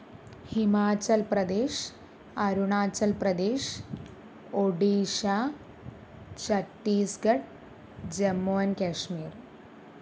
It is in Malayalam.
ഹിമാചൽ പ്രദേശ് അരുണാചൽ പ്രദേശ് ഒഡീഷ ചട്ടീസ്ഗട് ജമ്മു ആൻഡ് കാശ്മീർ